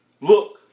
Look